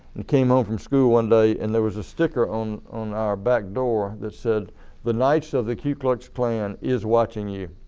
and came home from school one day and there was a sticker on our back door that said the knights of the ku klux klan is watching you.